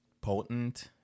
potent